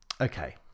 okay